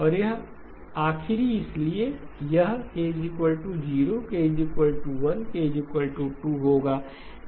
और आखरी इसलिए यह k 0 k 1 k 2 होगा यह k M 1 है